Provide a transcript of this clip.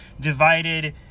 divided